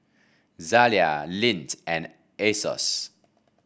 Zalia Lindt and Asos